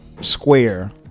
square